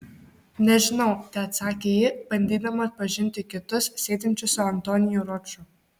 nežinau teatsakė ji bandydama atpažinti kitus sėdinčius su antoniu roču